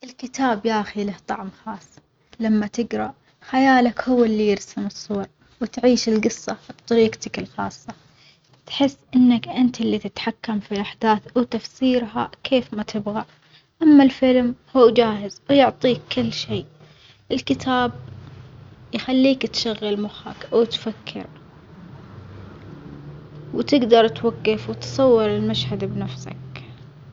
الكتاب ياخي له طعم خاص، لما تجرا خيالك هو اللي يرسم الصورة وتعيش الجصة بطريجتك الخاصة، تحس إنك أنت اللي تتحكم في الأحداث وتفسيرها كيف ما تبغى، أما الفيلم هو جاهز يعطيك كل شي، الكتاب يخليك تشغل مخك وتفكر وتجدر توجف وتصور المشهد بنفسك.